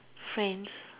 friends